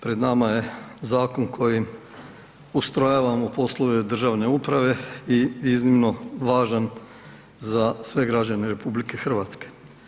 Pred nama je zakon kojim ustrojavamo poslove državne uprave i iznimno važan za sve građane RH.